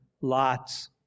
Lot's